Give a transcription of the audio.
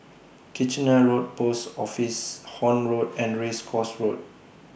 Kitchener Road Post Office Horne Road and Race Course Road